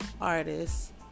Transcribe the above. artists